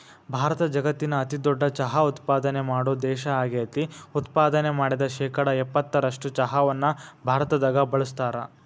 ಭಾರತ ಜಗತ್ತಿನ ಅತಿದೊಡ್ಡ ಚಹಾ ಉತ್ಪಾದನೆ ಮಾಡೋ ದೇಶ ಆಗೇತಿ, ಉತ್ಪಾದನೆ ಮಾಡಿದ ಶೇಕಡಾ ಎಪ್ಪತ್ತರಷ್ಟು ಚಹಾವನ್ನ ಭಾರತದಾಗ ಬಳಸ್ತಾರ